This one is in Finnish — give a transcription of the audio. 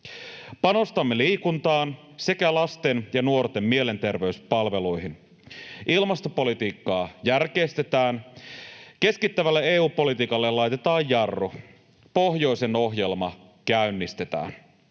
Panostamme liikuntaan sekä lasten ja nuorten mielenterveyspalveluihin, ilmastopolitiikkaa järkeistetään, keskittävälle EU-politiikalle laitetaan jarru, pohjoisen ohjelma käynnistetään.